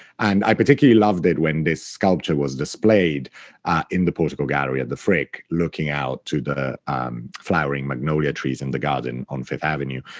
and i particularly loved it when this sculpture was displayed in the portico gallery at the frick, looking out to the flowering magnolia trees in the garden on fifth avenue.